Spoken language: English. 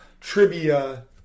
trivia